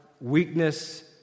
weakness